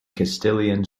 castilian